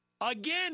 Again